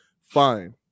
fine